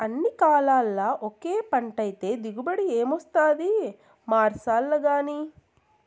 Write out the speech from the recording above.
అన్ని కాలాల్ల ఒకే పంటైతే దిగుబడి ఏమొస్తాది మార్సాల్లగానీ